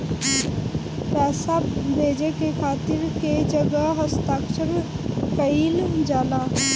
पैसा भेजे के खातिर कै जगह हस्ताक्षर कैइल जाला?